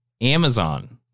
amazon